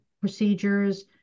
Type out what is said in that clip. procedures